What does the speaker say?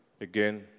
again